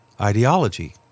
ideology